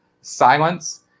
silence